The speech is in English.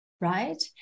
right